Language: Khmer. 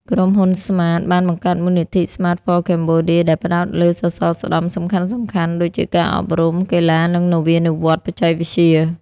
ក្រុមហ៊ុន ស្មាត (Smart) បានបង្កើតមូលនិធិ "Smart for Cambodia" ដែលផ្តោតលើសសរស្តម្ភសំខាន់ៗដូចជា ការអប់រំ កីឡា និងនវានុវត្តន៍បច្ចេកវិទ្យា។